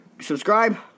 subscribe